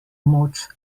moč